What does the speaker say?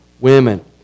women